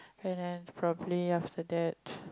and then probably after that